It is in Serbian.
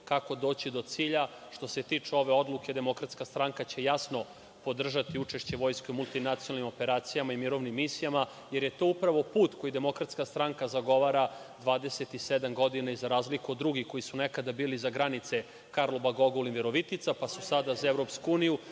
kako doći do cilja. Što se tiče ove odluke, DS će jasno podržati učešće vojske u multinacionalnim operacijama i mirovnim misijama, jer je to upravo put koji DS zagovara 27 godina. Za razliku od drugih koji su nekada bili za granice Karlobag-Ogulin-Virovitica pa su sada za EU, mi nismo